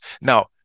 now